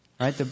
Right